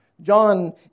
John